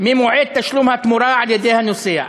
ממועד תשלום התמורה על-ידי הנוסע.